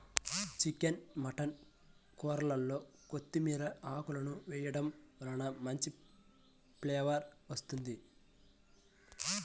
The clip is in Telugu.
చికెన్ మటన్ కూరల్లో కొత్తిమీర ఆకులను వేయడం వలన మంచి ఫ్లేవర్ వస్తుంది